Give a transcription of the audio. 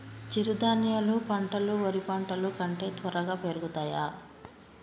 చిరుధాన్యాలు పంటలు వరి పంటలు కంటే త్వరగా పెరుగుతయా?